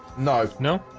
no, no,